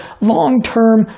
long-term